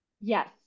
Yes